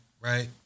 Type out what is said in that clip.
right